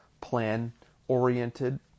plan-oriented